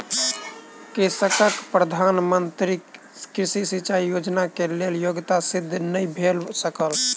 कृषकक प्रधान मंत्री कृषि सिचाई योजना के लेल योग्यता सिद्ध नै भ सकल